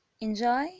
Enjoy